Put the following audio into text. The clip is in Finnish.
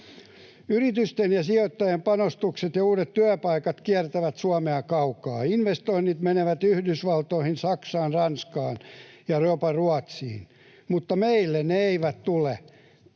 Yritysten ja sijoittajien panostukset ja uudet työpaikat kiertävät Suomea kaukaa. Investoinnit menevät Yhdysvaltoihin, Saksaan, Ranskaan ja jopa Ruotsiin, mutta meille ne eivät tule,